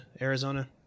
Arizona